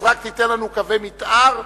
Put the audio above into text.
אז רק תיתן לנו קווי מיתאר,